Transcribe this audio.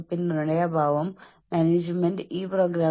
എന്നിട്ട് കീറിയ കഷണങ്ങൾ ചവറ്റുകുട്ടയിലേക്ക് ഇടുക